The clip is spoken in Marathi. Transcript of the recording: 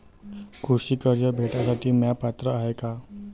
कृषी कर्ज भेटासाठी म्या पात्र हाय का?